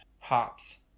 Hops